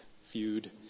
feud